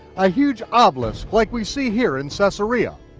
a huge obelisk like we see here in so caesarea.